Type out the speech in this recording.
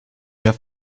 have